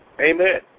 Amen